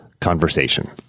conversation